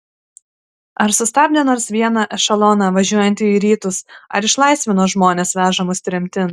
ar sustabdė nors vieną ešeloną važiuojantį į rytus ar išlaisvino žmones vežamus tremtin